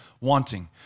wanting